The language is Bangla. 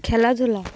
খেলাধুলা